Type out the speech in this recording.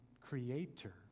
creator